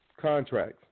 contracts